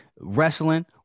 wrestling